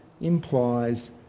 implies